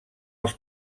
els